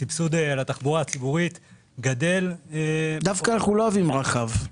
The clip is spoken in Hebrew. הסבסוד לתחבורה הציבורית גדל --- דווקא אנחנו לא אוהבים רחב,